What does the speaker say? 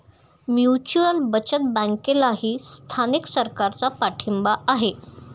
mutual बचत बँकेलाही स्थानिक सरकारचा पाठिंबा आहे